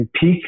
peak